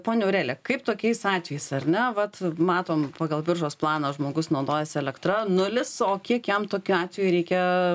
ponia aurelia kaip tokiais atvejais ar ne vat matom pagal biržos planą žmogus naudojasi elektra nulis o kiek jam tokiu atveju reikia